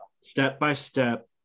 step-by-step